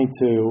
22